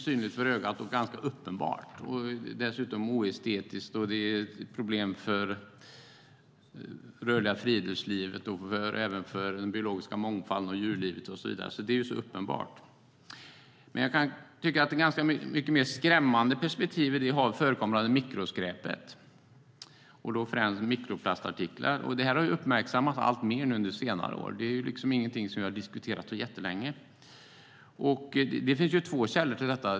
Det är dessutom oestetiskt och ett problem för det rörliga friluftslivet, den biologiska mångfalden, djurlivet och så vidare. Men något som jag kan tycka är ganska mycket mer skrämmande är mikroskräpet, främst mikroplastartiklarna. Det här har uppmärksammats alltmer under senare år. Det är ingenting som vi har diskuterat jättelänge. Det finns två källor till detta.